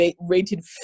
rated